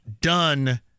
done